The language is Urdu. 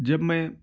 جب میں